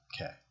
Okay